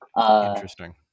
Interesting